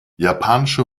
japanische